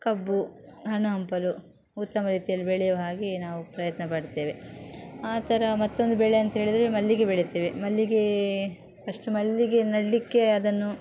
ಕಬ್ಬು ಹಣ್ಣು ಹಂಪಲು ಉತ್ತಮ ರೀತಿಯಲ್ಲಿ ಬೆಳೆಯುವ ಹಾಗೆ ನಾವು ಪ್ರಯತ್ನ ಪಡ್ತೇವೆ ಆ ಥರ ಮತ್ತೊಂದು ಬೆಳೆ ಅಂಥೇಳಿದ್ರೆ ಮಲ್ಲಿಗೆ ಬೆಳಿತೇವೆ ಮಲ್ಲಿಗೆ ಫಸ್ಟ್ ಮಲ್ಲಿಗೆ ನೆಡಲಿಕ್ಕೆ ಅದನ್ನು